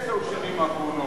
בעשר השנים האחרונות?